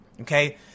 Okay